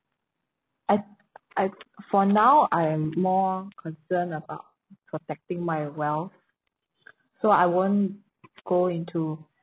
I I for now I am more concerned about protecting my wealth so I won't go into